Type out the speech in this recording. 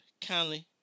kindly